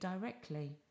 directly